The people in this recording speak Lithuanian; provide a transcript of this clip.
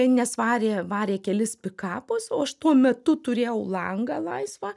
nes varė varė kelis pikapus o aš tuo metu turėjau langą laisvą